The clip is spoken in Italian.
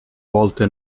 volte